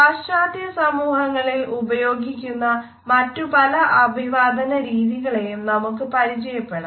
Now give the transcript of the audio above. പാശ്ചാത്യ സമൂഹങ്ങളിൽ ഉപയോഗിക്കുന്ന മറ്റു പല അഭിവാദനരീതികളെയും നമുക്ക് പരിചയപ്പെടാം